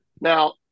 now